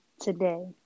Today